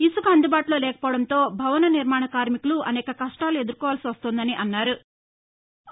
ఇసుక అందుబాటులో లేకపోవడంతో భవన నిర్మాణ కార్మికులు అనేక కష్టాలు ఎదుర్కొవాల్సి వస్తోందని తెలిపారు